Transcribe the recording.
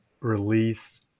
release